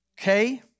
Okay